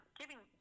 giving